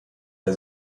der